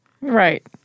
Right